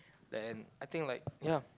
then I think like yeah